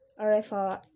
arrival